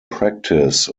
practice